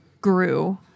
grew